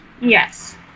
Yes